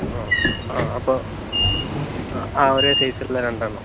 ആ ആ അപ്പോൾ ആ ഒരേ സൈസ് ഉള്ള രണ്ടെണ്ണം